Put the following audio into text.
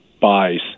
buys